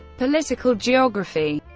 political geography